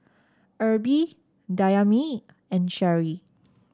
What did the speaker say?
Erby Dayami and Cheri